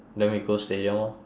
then we go stadium lor